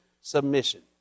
submission